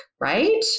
right